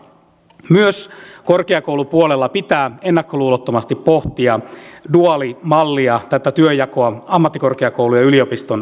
myös korkeakoulupuolella pitää ennakkoluulottomasti pohtia duaalimallia tätä työnjakoa ammattikorkeakoulujen ja yliopiston välillä